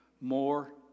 More